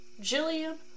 Jillian